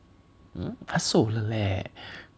他瘦了 leh